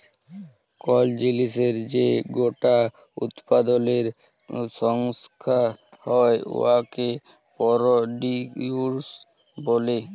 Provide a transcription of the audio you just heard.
call জিলিসের যে গটা উৎপাদলের সংখ্যা হ্যয় উয়াকে পরডিউস ব্যলে